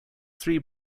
three